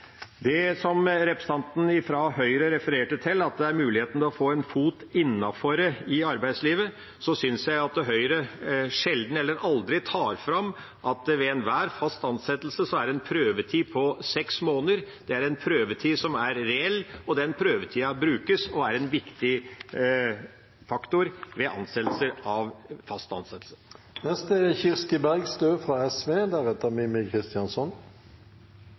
det gjelder det som representanten fra Høyre refererte til, muligheten til å få en fot innenfor i arbeidslivet, synes jeg at Høyre sjelden eller aldri tar fram at det ved enhver fast ansettelse er en prøvetid på seks måneder. Det er en prøvetid som er reell, og den prøvetida brukes og er en viktig faktor ved